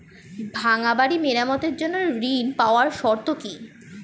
ভাঙ্গা বাড়ি মেরামতের জন্য ঋণ পাওয়ার শর্ত কি?